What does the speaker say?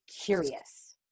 curious